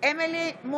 אמילי חיה